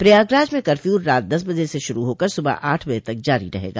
प्रयागराज में कर्फ्यू रात दस बजे से शुरू होकर सुबह आठ बजे तक जारी रहेगा